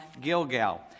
Gilgal